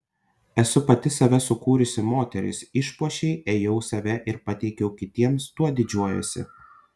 esu pati save sukūrusi moteris išpuošei ėjau save ir pateikiau kitiems tuo didžiuojuosi